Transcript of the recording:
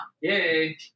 Yay